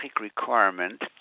requirement